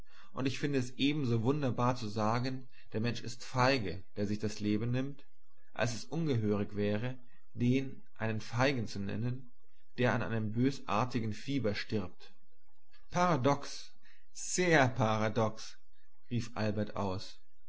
und ich finde es ebenso wunderbar zu sagen der mensch ist feige der sich das leben nimmt als es ungehörig wäre den einen feigen zu nennen der an einem bösartigen fieber stirbt paradox sehr paradox rief albert aus